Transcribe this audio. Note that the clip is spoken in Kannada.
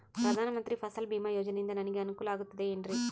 ಪ್ರಧಾನ ಮಂತ್ರಿ ಫಸಲ್ ಭೇಮಾ ಯೋಜನೆಯಿಂದ ನನಗೆ ಅನುಕೂಲ ಆಗುತ್ತದೆ ಎನ್ರಿ?